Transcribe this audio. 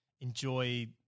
enjoy